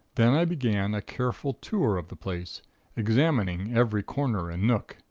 then i began a careful tour of the place examining every corner and nook.